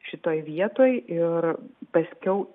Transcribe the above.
šitoj vietoj ir paskiau